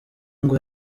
ngo